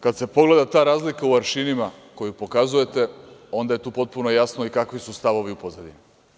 Kad se pogleda ta razlika u aršinima koju pokazujete, onda je tu potpuno jasno kakvi su stavovi u pozadini.